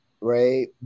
Right